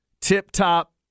tip-top